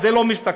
על זה לא מסתכלים.